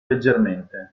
leggermente